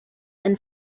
and